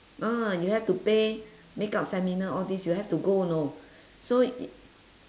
ah you have to pay makeup seminar all these you have to go you know so i~